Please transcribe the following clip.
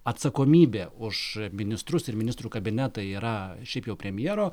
atsakomybė už ministrus ir ministrų kabinetą yra šiaip jau premjero